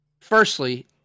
Firstly